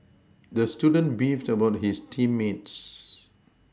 the student beefed about his team mates